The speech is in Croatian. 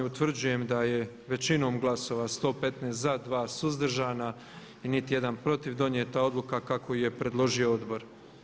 Utvrđujem da je većinom glasova 115 za, 2 suzdržana i niti jedan protiv donijeta odluka kako ju je preložio odbor.